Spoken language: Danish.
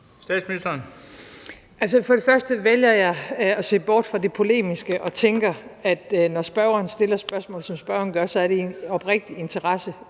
Frederiksen): For det første vælger jeg at se bort fra det polemiske og tænker, at når spørgeren stiller et spørgsmål, som spørgeren gør, er det ud fra en oprigtig interesse